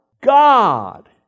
God